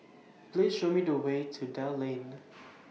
Please Show Me The Way to Dell Lane